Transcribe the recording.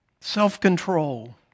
self-control